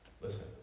Listen